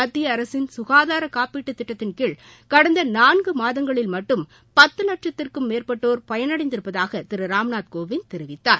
மத்திய அரசின் குகாதார காப்பீட்டுத் திட்டத்தின் கீழ் கடந்த நான்கு மாதங்களில் மட்டும் பத்து லட்சத்திற்கும் மேற்பட்டோர் பயனடைந்திருப்பதாக திரு ராம்நாத் கோவிந்த் தெரிவித்தார்